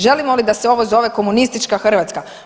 Želimo li da se ovo zove komunistička Hrvatska?